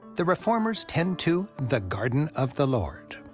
the reformers tend to the garden of the lord.